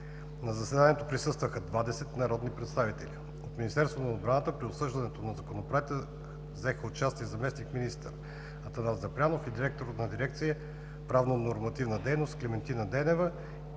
На заседанието присъстваха 20 народни представители. От Министерство на отбраната при обсъждането на Законопроекта взеха участие заместник-министър Атанас Запрянов, директора на дирекция „Правно-нормативна дейност“ Клементина Денева